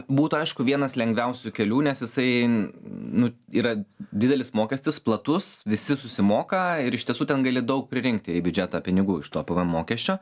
būtų aišku vienas lengviausių kelių nes jisai nu yra didelis mokestis platus visi susimoka ir iš tiesų ten gali daug pririnkti į biudžetą pinigų iš to pvm mokesčio